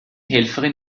helferin